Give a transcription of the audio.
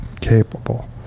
capable